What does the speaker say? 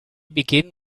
begin